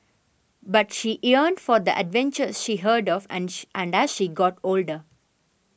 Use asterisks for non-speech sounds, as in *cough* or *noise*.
but she yearned for the adventures she heard of and *unintelligible* and that she got older